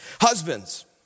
Husbands